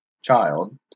child